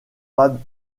pas